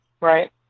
right